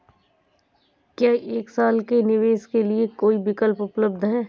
क्या एक साल के निवेश के लिए कोई विकल्प उपलब्ध है?